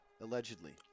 Allegedly